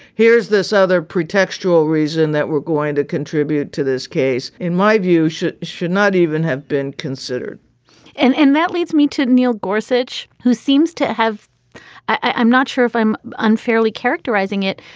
here's this other pretextual reason that we're going to contribute to this case, in my view, should should not even have been considered and and that leads me to neil gorsuch, who seems to have i'm not sure if i'm unfairly characterizing it,